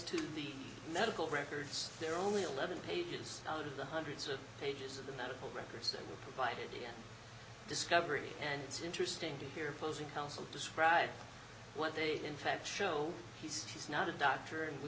to the medical records they're only eleven pages out of the hundreds of pages of the medical records that were provided to discovery and it's interesting to hear opposing counsel describe what they in fact show he says he's not a doctor and